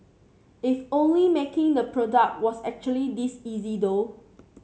if only making the product was actually this easy though